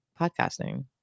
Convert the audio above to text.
podcasting